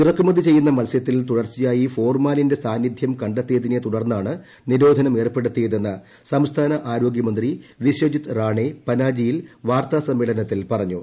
ഇറക്കുമതി ചെയ്യുന്ന മത്സൃത്തിൽ തുടർച്ചയായി ഫോർമാലിന്റെ സാന്നിദ്ധൃം കണ്ടെത്തിയതിനെ തുടർന്നാണ് നിരോധനം ഏർപ്പെടുത്തിയതെന്ന് സംസ്ഥാന ആരോഗ്യമന്ത്രി വിശ്വജിത് റാണെ പനാജിയിൽ വാർത്താ സമ്മേളനത്തിൽ പറഞ്ഞു